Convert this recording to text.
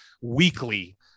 weekly